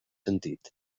sentit